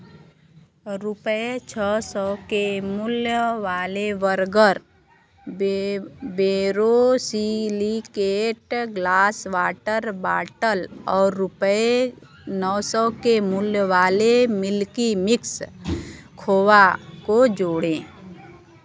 रुपये छः सौ के मूल्य वाले बर्गर बे बेरोसिलिकेट ग्लास वाटर बाटल और रुपये नौ सौ के मूल्य वाले मिल्की मिक्स खोवा को जोड़ें